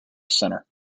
center